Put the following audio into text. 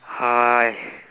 !aiya!